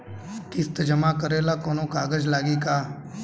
किस्त जमा करे ला कौनो कागज लागी का?